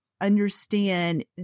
understand